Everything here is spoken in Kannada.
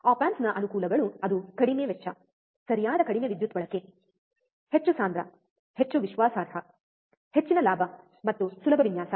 ಆಪ್ ಆಂಪ್ಸ್ನ ಅನುಕೂಲಗಳು ಅದು ಕಡಿಮೆ ವೆಚ್ಚ ಸರಿಯಾದ ಕಡಿಮೆ ವಿದ್ಯುತ್ ಬಳಕೆ ಹೆಚ್ಚು ಸಾಂದ್ರ ಹೆಚ್ಚು ವಿಶ್ವಾಸಾರ್ಹ ಹೆಚ್ಚಿನ ಲಾಭ ಮತ್ತು ಸುಲಭ ವಿನ್ಯಾಸ